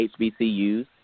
HBCUs